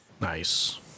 Nice